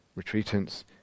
retreatants